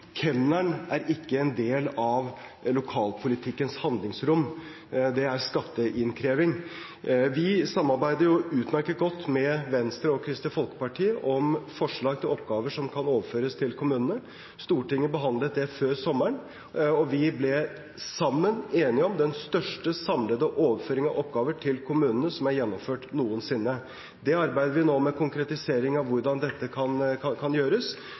Kemneren er ikke en del av lokalpolitikkens handlingsrom, det er skatteinnkreving. Vi samarbeider utmerket godt med Venstre og Kristelig Folkeparti om forslag til oppgaver som kan overføres til kommunene. Stortinget behandlet det før sommeren, og vi ble sammen enige om den største samlede overføring av oppgaver til kommunene som er gjennomført noensinne. Vi arbeider nå med konkretisering av hvordan dette kan gjøres, og det vil i sum bidra til at kommunene kan